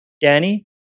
Danny